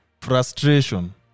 Frustration